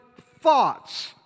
thoughts